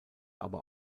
aber